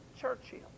Churchill